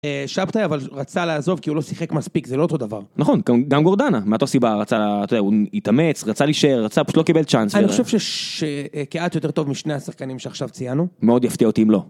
שבתאי אבל רצה לעזוב כי הוא לא שיחק מספיק זה לא אותו דבר נכון גם גורדנה מאותה סיבה רצה להתאמץ רצה להישאר רצה פשוט לא קיבל צ'אנס ואני חושב שכעת יותר טוב משני השחקנים שעכשיו ציינו מאוד יפתיע אותי אם לא.